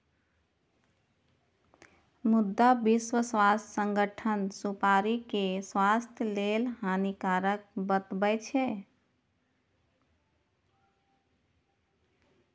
मुदा विश्व स्वास्थ्य संगठन सुपारी कें स्वास्थ्य लेल हानिकारक बतबै छै